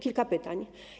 Kilka pytań.